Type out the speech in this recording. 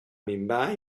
minvar